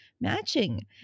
matching